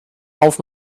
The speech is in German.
auf